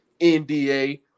NDA